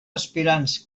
aspirants